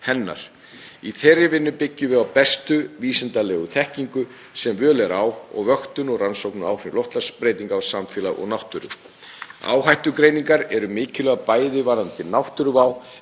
hennar. Í þeirri vinnu byggjum við á bestu vísindalegu þekkingu sem völ er á og vöktun og rannsóknum á áhrifum loftslagsbreytinga á samfélag og náttúru. Áhættugreiningar eru mikilvægar, bæði varðandi náttúruvá